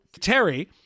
Terry